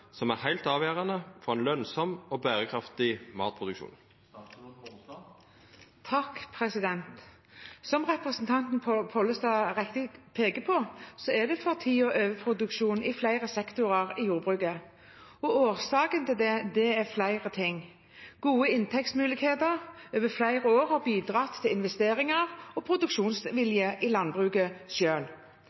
som er helt avgjørende for en lønnsom og bærekraftig matproduksjon?» Som representanten Pollestad riktig peker på, er det for tiden overproduksjon i flere sektorer i jordbruket. Årsakene til det er flere ting. Gode inntektsmuligheter over flere år har bidratt til investerings- og produksjonsvilje i landbruket